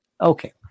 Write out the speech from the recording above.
Okay